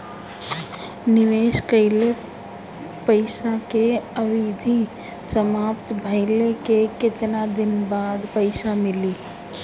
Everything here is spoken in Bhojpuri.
निवेश कइल पइसा के अवधि समाप्त भइले के केतना दिन बाद पइसा मिली?